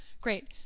great